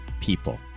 people